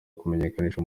kumenyekanisha